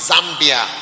Zambia